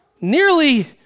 nearly